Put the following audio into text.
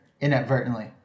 inadvertently